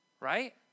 right